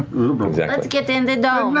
but yeah let's get in the dome.